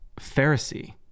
Pharisee